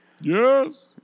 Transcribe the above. yes